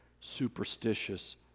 superstitious